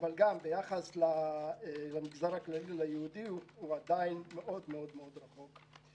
ביחס למגזר הכללי היהודי הוא עדיין מאוד-מאוד רחוק.